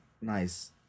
Nice